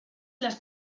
las